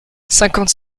cinquante